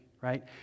right